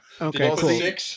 Okay